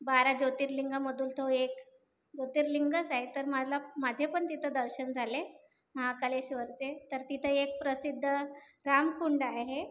बारा ज्योतिर्लिंगामधून तो एक ज्योतिर्लिंगच आहे तर मला माझे पण तिथं दर्शन झाले महाकालेश्वरचे तर तिथं एक प्रसिद्ध रामकुंड आहे